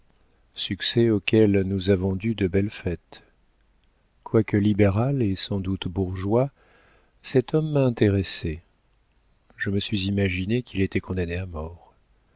succès auquel nous avons dû de belles fêtes quoique libéral et sans doute bourgeois cet homme m'a intéressée je me suis imaginée qu'il était condamné à mort